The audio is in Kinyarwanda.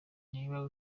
niba